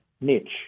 niche